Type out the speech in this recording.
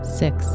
six